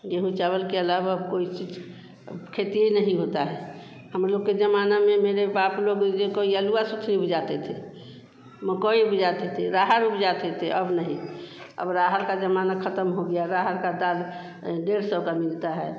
गेहूँ चावल के अलावा अब कोई चीज़ अब खेती ही नहीं होती है हम लोग के ज़माना में मेरे बाप लोग कोई अलुआ सबसे उपजाते थे मकई उपजाते थे अरहर उपजाते थे अब नहीं अब अरहर का ज़माना ख़त्म हो गया अरहर की दाल डेढ़ सौ का मिलती है